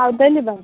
पावतलीं बाय